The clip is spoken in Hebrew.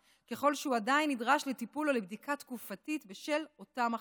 ככל שהוא עדיין נדרש לטיפול או לבדיקה תקופתית בשל אותה מחלה.